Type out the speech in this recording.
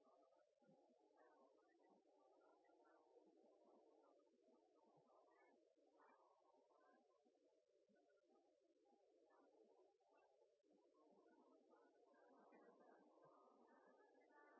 må det